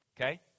Okay